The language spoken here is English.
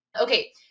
Okay